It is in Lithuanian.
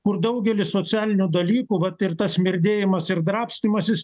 kur daugelis socialinių dalykų vat ir tas smirdėjimas ir drabstymasis